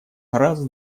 раз